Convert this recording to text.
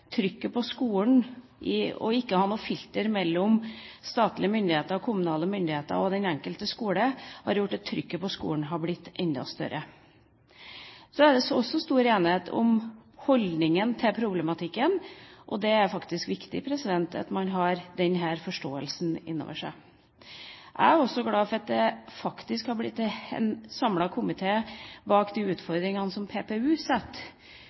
ikke ha noe filter mellom statlige myndigheter, kommunale myndigheter og den enkelte skole har gjort at trykket på skolen har blitt enda større. Så er det også stor enighet om holdningen til problematikken. Det er faktisk viktig at man har denne forståelsen. Jeg er også glad for at det faktisk er en samlet komité som står bak når det gjelder de utfordringene som PPU